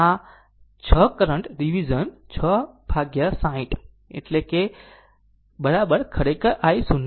તેથી 6 current division 6 ભાગ્યા 60 એટલે કે ખરેખર i 0